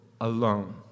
alone